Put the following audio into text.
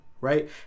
right